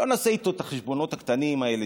לא נעשה איתו את החשבונות הקטנים האלה.